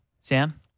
Sam